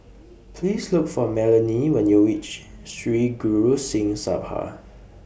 Please Look For Melonie when YOU REACH Sri Guru Singh Sabha